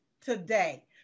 today